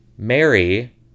Mary